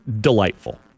delightful